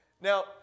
Now